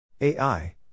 AI